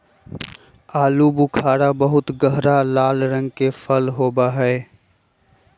आलू बुखारा बहुत गहरा लाल रंग के फल होबा हई